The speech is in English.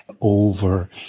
over